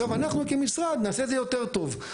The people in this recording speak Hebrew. שעכשיו אנחנו כמשרד נעשה את זה יותר טוב.